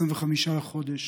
25 בחודש,